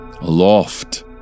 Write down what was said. Aloft